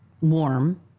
warm